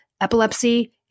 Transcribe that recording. epilepsy